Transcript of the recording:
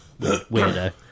weirdo